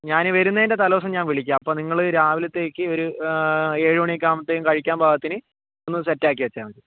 ഞാന് വരുന്നതിൻ്റെ തലേ ദിവസം ഞാൻ വിളിക്കാം അപ്പോൾ നിങ്ങൾ രാവിലത്തേക്ക് ഒരു ഏഴ് മണിയൊക്കെ ആകുമ്പത്തെക്കും കഴിക്കാൻ പാകത്തിന് ഒന്ന് സെറ്റ് ആക്കി വെച്ചാൽ മതി